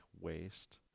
waste